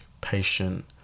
patient